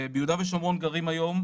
ביהודה ושומרון גרים היום,